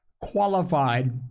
qualified